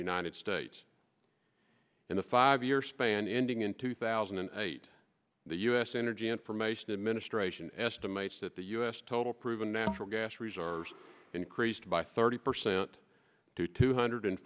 united states in the five year span ending in two thousand and eight the u s energy information administration estimates that the u s total proven natural gas reserves increased by thirty percent to two hundred